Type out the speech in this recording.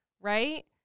right